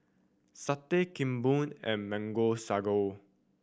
satay Kuih Bom and Mango Sago